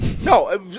No